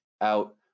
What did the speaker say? out